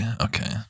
Okay